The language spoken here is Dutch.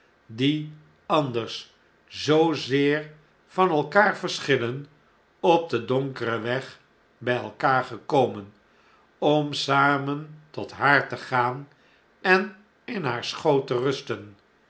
die anders zoozeer van elkaar verschillen op den donkeren weg by elkaar gekomen om samen tot haar te gaan en in haar schoot te rusten